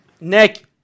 Nick